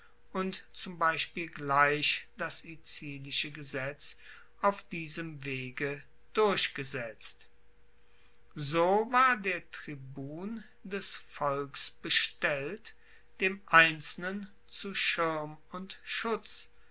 und zum beispiel gleich das icilische gesetz auf diesem wege durchgesetzt so war der tribun des volks bestellt dem einzelnen zu schirm und schutz